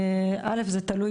זה תלוי